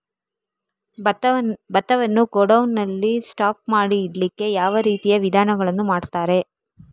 ಭತ್ತವನ್ನು ಗೋಡೌನ್ ನಲ್ಲಿ ಸ್ಟಾಕ್ ಮಾಡಿ ಇಡ್ಲಿಕ್ಕೆ ಯಾವ ರೀತಿಯ ವಿಧಾನಗಳನ್ನು ಮಾಡ್ತಾರೆ?